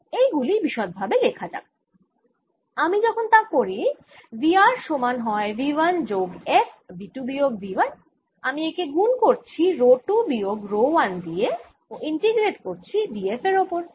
এইগুলি বিশদভাবে লেখা যাক আমি যখন তা করি V r সমান হয় V 1 যোগ f V 2 বিয়োগ V 1 আমি একে গুণ করছি রো 2 বিয়োগ রো 1 দিয়ে ও ইন্টিগ্রেট করছি d f এর ওপর